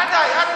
מה די?